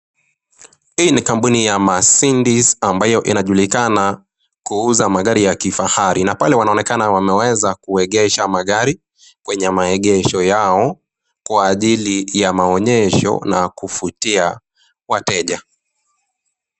Hii ni kampuni ya CS[Mercedes]CS,ambayo inajulikana kuuza magari ya kifahari. Na pale wanaonekana wameweza kuegesha magari, kwenye maegesho yao, kwa ajili ya maonyesho na kuvutia wateja.